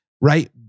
Right